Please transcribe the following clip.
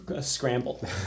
scramble